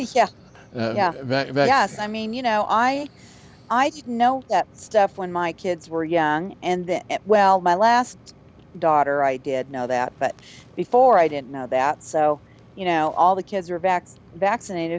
that yes i mean you know i know that stuff when my kids were young and then well my last daughter i did know that but before i didn't know that so you know all the kids are back vaccinat